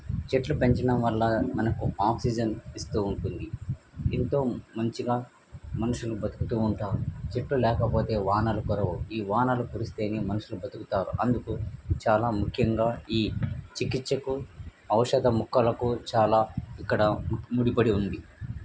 చెట్లు పెంచడం వల్ల మనకు ఆక్సిజన్ ఇస్తూ ఉంటుంది దీంతో మంచిగా మనుషులు బతుకుతూ ఉంటారు చెట్లు లేకపోతే వానలు కురవవు ఈ వానలు కురిస్తేనే మనుషులు బతుకుతారు అందుకు చాలా ముఖ్యంగా ఈ చికిత్సకు ఔషధ మొక్కలకు చాలా ఇక్కడ ముడిపడి ఉంది